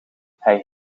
hij